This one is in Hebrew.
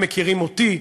הם מכירים אותי,